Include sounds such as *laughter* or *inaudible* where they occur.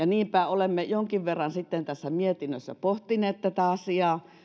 *unintelligible* niinpä olemme jonkin verran sitten tässä mietinnössä pohtineet tätä asiaa